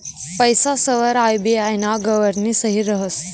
पैसासवर आर.बी.आय ना गव्हर्नरनी सही रहास